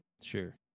Sure